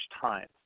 time